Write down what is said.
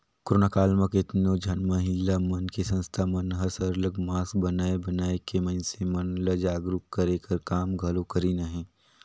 corona काल म केतनो झन महिला मन के संस्था मन हर सरलग मास्क बनाए बनाए के मइनसे मन ल जागरूक करे कर काम घलो करिन अहें